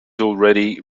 already